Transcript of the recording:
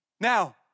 Now